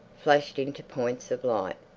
flashed into points of light.